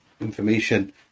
information